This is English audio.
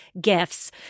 gifts